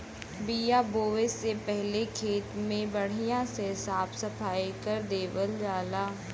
बिया बोये से पहिले खेत के बढ़िया से साफ सफाई कर देवल जाला